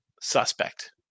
suspect